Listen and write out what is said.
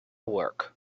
work